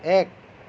এক